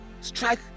strike